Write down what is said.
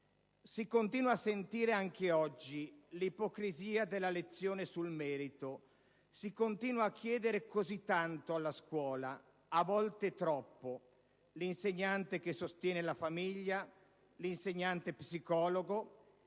Si continua a sentire anche oggi l'ipocrisia della lezione sul merito, si continua a chiedere così tanto alla scuola, a volte troppo (l'insegnante che sostiene la famiglia, l'insegnante psicologo)